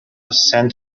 cent